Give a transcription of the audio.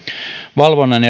valvonnan